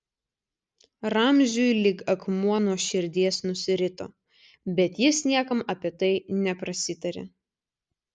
ramziui lyg akmuo nuo širdies nusirito bet jis niekam apie tai neprasitarė